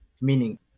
meaning